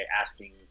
asking